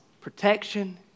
protection